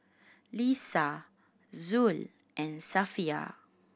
Lisa Zul and Safiya